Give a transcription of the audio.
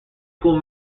school